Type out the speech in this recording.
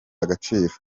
agaciro